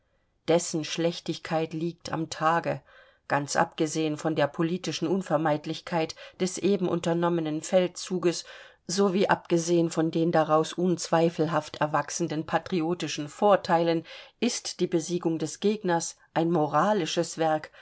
dessen schlechtigkeit liegt am tage ganz abgesehen von der politischen unvermeidlichkeit des eben unternommenen feldzuges sowie abgesehen von den daraus unzweifelhaft erwachsenden patriotischen vorteilen ist die besiegung des gegners ein moralisches werk